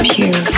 Pure